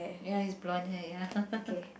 ya he's blonde hair ya